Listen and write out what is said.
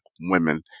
women